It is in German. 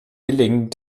gelingen